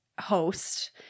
host